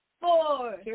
four